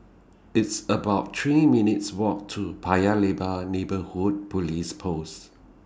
It's about three minutes' Walk to Paya Lebar Neighbourhood Police Post